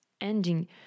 ending